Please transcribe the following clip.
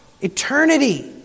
eternity